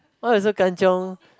why you so Kan-Chiong